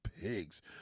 pigs